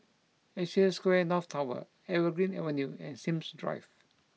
Asia Square North Tower Evergreen Avenue and Sims Drive